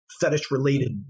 fetish-related